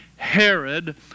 Herod